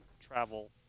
travel